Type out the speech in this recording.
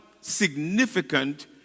significant